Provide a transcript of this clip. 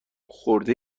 خورده